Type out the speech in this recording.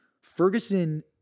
Ferguson